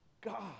God